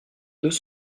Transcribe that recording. deux